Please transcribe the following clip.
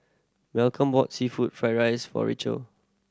Malcolm bought seafood fried rice for Rachelle